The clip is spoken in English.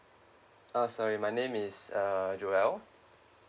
uh sorry my name is uh joel